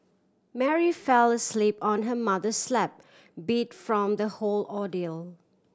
Mary fell asleep on her mother's lap beat from the whole ordeal